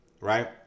right